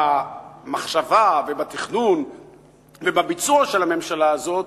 במחשבה ובתכנון ובביצוע של הממשלה הזאת,